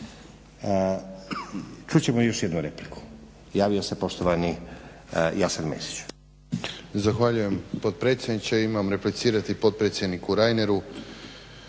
ćemo još jednu repliku. Javio se poštovani Jasen Mesić.